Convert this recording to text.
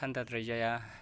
थान्दाद्राय जाया